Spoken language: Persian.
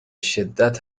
شدت